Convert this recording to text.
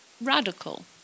radical